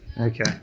Okay